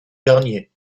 garnier